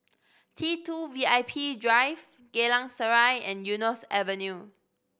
T Two V I P Drive Geylang Serai and Eunos Avenue